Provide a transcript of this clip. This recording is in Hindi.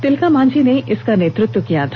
तिलका मांझी ने इसका नेतृत्व किया था